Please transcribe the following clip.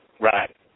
Right